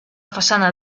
façana